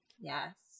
Yes